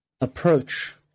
approach